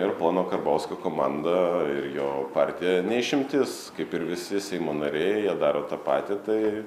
ir pono karbauskio komanda ir jo partija ne išimtis kaip ir visi seimo nariai jie daro tą patį tai